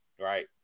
right